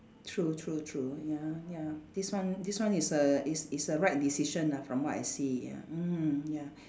true true true ya ya this one this one is a is is a right decision ah from what I see ya mm mm ya